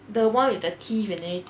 the one with the teeth and everything